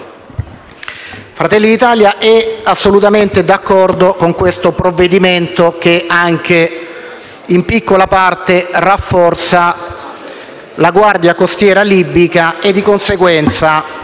Fratelli d'Italia è assolutamente d'accordo con questo provvedimento che in piccola parte rafforza anche la Guardia costiera libica, di conseguenza